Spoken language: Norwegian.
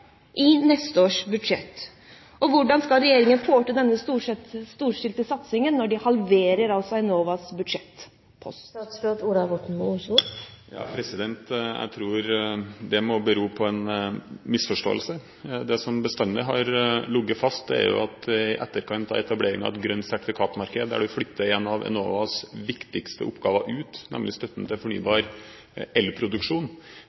i neste års budsjett. Hvordan skal regjeringen få til denne storstilte satsingen når de halverer Enovas budsjett? Jeg tror det må bero på en misforståelse. Det som bestandig har ligget fast, er at i etterkant av etablering av et grønt sertifikatmarked der du flytter en av Enovas viktigste oppgaver ut, nemlig støtten til